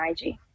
ig